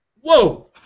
Whoa